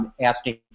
asking